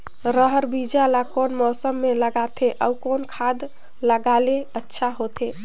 रहर बीजा ला कौन मौसम मे लगाथे अउ कौन खाद लगायेले अच्छा होथे?